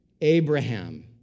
Abraham